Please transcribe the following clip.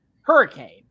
Hurricane